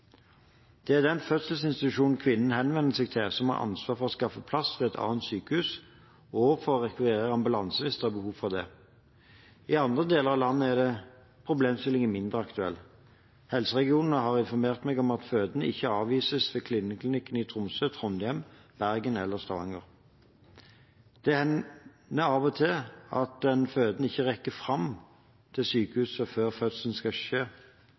Det er den fødeinstitusjonen som kvinnen henvender seg til, som har ansvar for å skaffe plass ved et annet sykehus og for å rekvirere ambulanse hvis det er behov for det. I andre deler av landet er problemstillingen mindre aktuell. Helseforetakene har informert meg om at fødende ikke avvises ved kvinneklinikkene i Tromsø, Trondheim, Bergen eller Stavanger. Det hender av og til at den fødende ikke rekker fram til sykehus før fødselen skal skje.